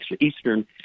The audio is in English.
Eastern